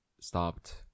stopped